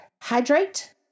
Hydrate